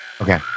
okay